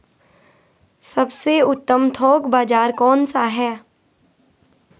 सबसे उत्तम थोक बाज़ार कौन सा है?